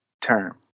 term